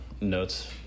notes